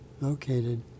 located